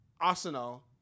Arsenal